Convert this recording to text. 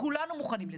כולנו מוכנים לזה.